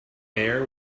air